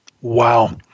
Wow